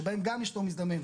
שבהם גם יש תור מזדמן,